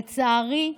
לצערי,